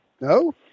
No